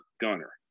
Gunner